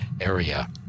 area